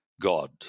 God